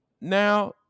Now